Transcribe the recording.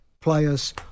players